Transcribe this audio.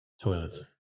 toilets